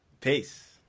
Peace